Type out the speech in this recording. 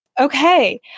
okay